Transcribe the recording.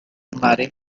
mare